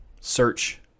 search